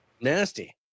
Nasty